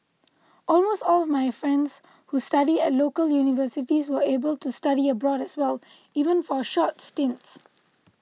almost all my friends who studied at local universities were able to study abroad as well even for short stints